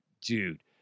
Dude